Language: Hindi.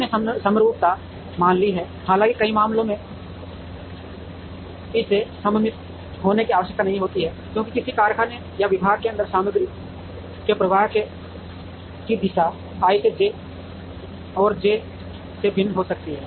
हमने समरूपता मान ली है हालांकि कई मामलों में इसे सममित होने की आवश्यकता नहीं है क्योंकि किसी कारखाने या विभाग के अंदर सामग्री के प्रवाह की दिशा i से j और j से भिन्न हो सकती है